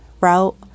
route